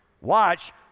Watch